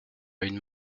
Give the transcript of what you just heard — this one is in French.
une